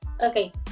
Okay